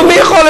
היום מי יכול?